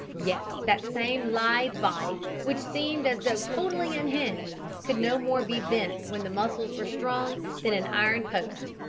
yet that same lithe body, which seemed as though totally unhinged, could no more be bent, when the muscles were strung, than an iron post.